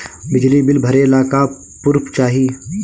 बिजली बिल भरे ला का पुर्फ चाही?